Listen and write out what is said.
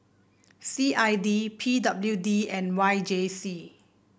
C I D P W D and Y J C